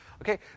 Okay